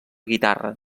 guitarra